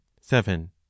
Seven